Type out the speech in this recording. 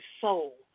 soul